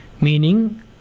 meaning